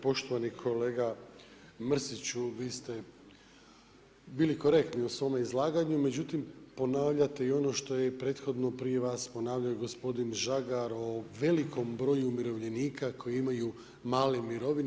Poštovani kolega Mrsiću, vi ste bili korektni u svome izlaganju, međutim ponavljate i ono što je i prethodno prije vas ponavljao gospodin Žagar o velikom broju umirovljenika koji imaju male mirovine.